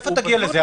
מאיפה תגיע לזה?